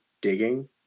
digging